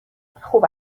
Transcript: خوب